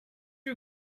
you